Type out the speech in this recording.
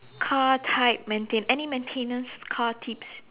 car type maintain~ any maintenance car tips